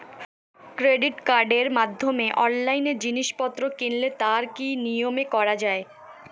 Credit কার্ডের মাধ্যমে অনলাইনে জিনিসপত্র কিনলে তার কি নিয়মে করা যায়?